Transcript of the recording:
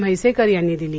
म्हैसेकर यांनी दिली